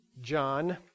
John